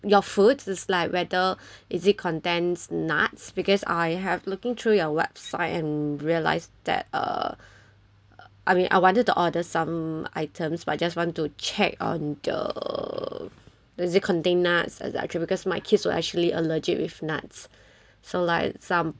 your foods is like whether is it contain nuts because I have looking through your website and realised that uh I mean I wanted to order some items but just want to check on the does it contain nuts as actually because my kids are actually allergic with nuts so like some